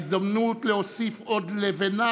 אומנם הדגל החברתי-כלכלי לא הונף בעוצמה במערכת